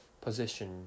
position